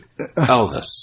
Elvis